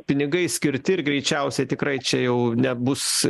pinigai skirti ir greičiausiai tikrai čia jau nebus